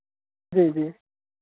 जी जी